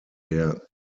der